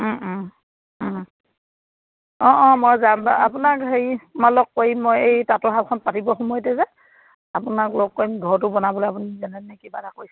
অঁ অঁ মই যাম বা আপোনাক হেৰি মই লগ কৰিম মই এই তাঁতৰ শালখন পাতিবৰ সময়তে যে আপোনাক লগ কৰিম ঘৰটো বনাবলে আপুনি যেনে নে কিবা এটা